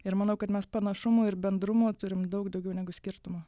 ir manau kad mes panašumų ir bendrumų turim daug daugiau negu skirtumų